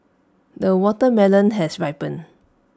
the watermelon has ripened